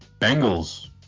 Bengals